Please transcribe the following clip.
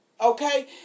okay